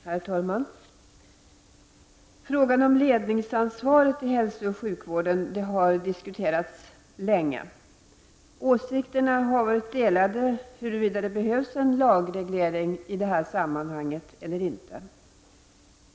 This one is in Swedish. Herr talman! Frågan om ledningsansvaret i hälsooch sjukvården har diskuterats länge. Åsikterna har varit delade om huruvida det behövs en lagreglering i sammanhanget eller inte.